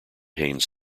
haynes